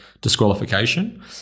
disqualification